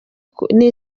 kurwanya